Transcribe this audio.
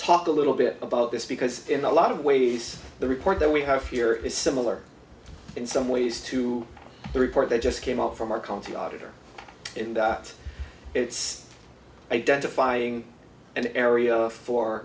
talk a little bit about this because in a lot of ways the report that we have here is similar in some ways to the report that just came out from our county auditor and out it's identifying an area for